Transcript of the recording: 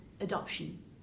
adoption